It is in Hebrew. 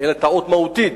אלא טעות מהותית.